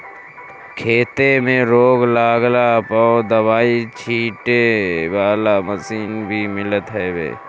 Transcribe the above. खेते में रोग लागला पअ दवाई छीटे वाला मशीन भी मिलत हवे